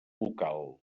vocal